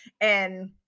And-